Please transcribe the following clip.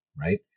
right